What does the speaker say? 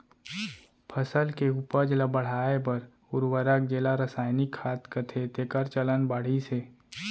फसल के उपज ल बढ़ाए बर उरवरक जेला रसायनिक खाद कथें तेकर चलन बाढ़िस हे